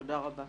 תודה רבה.